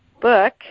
book